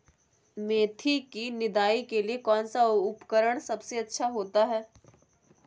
मेथी की निदाई के लिए कौन सा उपकरण सबसे अच्छा होता है?